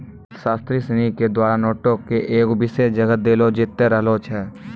अर्थशास्त्री सिनी के द्वारा नोटो के एगो विशेष जगह देलो जैते रहलो छै